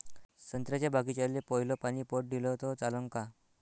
संत्र्याच्या बागीचाले पयलं पानी पट दिलं त चालन का?